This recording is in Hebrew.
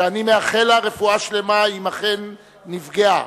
ואני מאחל לה רפואה שלמה אם אכן נפגעה,